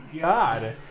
god